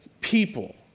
people